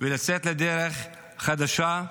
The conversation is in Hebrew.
לצאת לדרך חדשה.